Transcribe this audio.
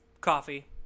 coffee